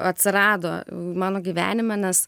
atsirado mano gyvenime nes